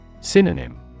Synonym